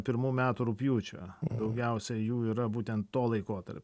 pirmų metų rugpjūčio daugiausia jų yra būtent to laikotarpio